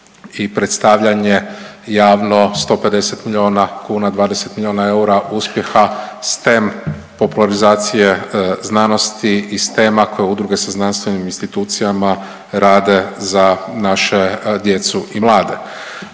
i predstavljanje javno 150 milijuna kuna, 20 milijuna eura uspjeha STEM popularizacije, znanosti i STEM-a koje udruge sa znanstvenim institucijama rade za naše djecu i mlade,